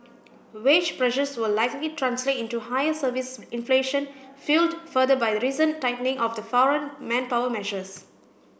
wage pressures will likely translate into higher service inflation fuelled further by the recent tightening of the foreign manpower measures